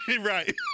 Right